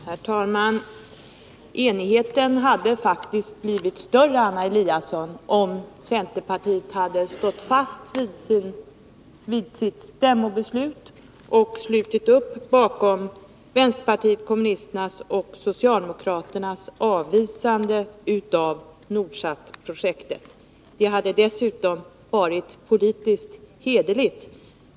Herr talman! Enigheten hade faktiskt blivit större, Anna Eliasson, om centerpartiet hade stått fast vid sitt stämmobeslut och slutit upp bakom vänsterpartiet kommunisternas och socialdemokraternas avvisande av Nordsatprojektet. Det hade dessutom varit politiskt hederligt.